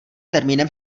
termínem